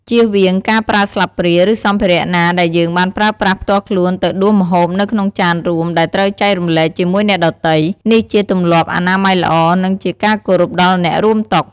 ជៀសវាងការប្រើស្លាបព្រា ឬសម្ភារៈណាដែលយើងបានប្រើប្រាស់ផ្ទាល់ខ្លួនទៅដួសម្ហូបនៅក្នុងចានរួមដែលត្រូវចែករំលែកជាមួយអ្នកដទៃ នេះជាទម្លាប់អនាម័យល្អ និងជាការគោរពដល់អ្នករួមតុ។